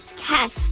test